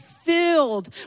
filled